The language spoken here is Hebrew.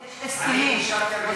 זה שינוי חוק.